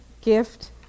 gift